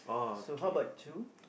so how about you